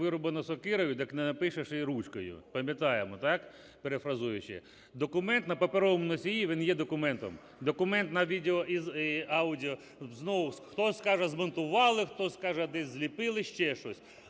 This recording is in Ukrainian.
вирубано сокирою, так не напишеш і ручкою. Пам'ятаємо, так, перифразуючи? Документ на паперовому носії він є документом. Документ на відео і аудіо – знову хтось скаже змонтували, хтось скаже десь зліпили, ще щось.